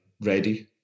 ready